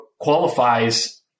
qualifies